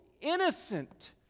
innocent